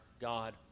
God